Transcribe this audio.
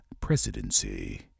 presidency